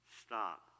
stop